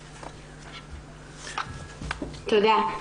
תודה.